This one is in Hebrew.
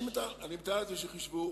אני מתאר לעצמי שחישבו